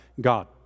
God